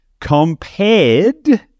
compared